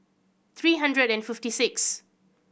three hundred and fifty six